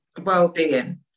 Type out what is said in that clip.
well-being